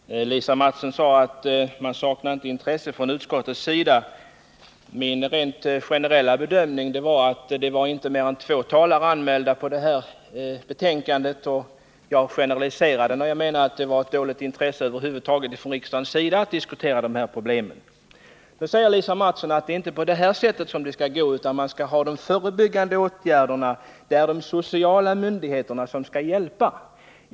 Herr talman! Lisa Mattson sade att man från justitieutskottets sida inte saknar intresse för frågan. Min generella bedömning gällde det faktum, att inte mer än två talare fanns anmälda i det här ärendet. Jag kanske generaliserade när jag sade att riksdagens intresse för att diskutera dessa problem över huvud taget var ringa. Lisa Mattson säger att det inte skall gå till på det här sättet, utan att man bör prioritera de förebyggande åtgärderna. Det är de sociala myndigheterna som skall hjälpa till här.